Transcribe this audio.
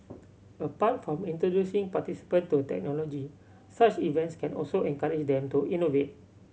apart from introducing participant to technology such events can also encourage them to innovate